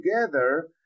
together